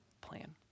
plan